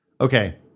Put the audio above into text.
Okay